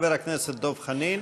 חבר הכנסת דב חנין.